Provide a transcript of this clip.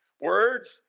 words